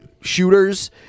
shooters